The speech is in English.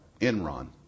Enron